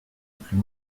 plus